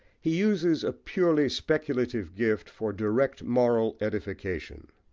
he uses a purely speculative gift for direct moral edification.